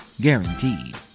Guaranteed